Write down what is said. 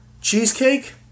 Cheesecake